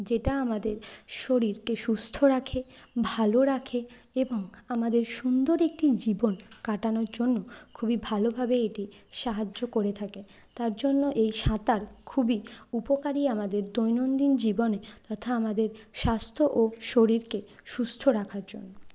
যেটা আমাদের শরীরকে সুস্থ রাখে ভালো রাখে এবং আমাদের সুন্দর একটি জীবন কাটানোর জন্য খুবই ভালোভাবে এটি সাহায্য করে থাকে তার জন্য এই সাঁতার খুবই উপকারি আমাদের দৈনন্দিন জীবনে তথা আমাদের স্বাস্থ্য ও শরীরকে সুস্থ রাখার জন্য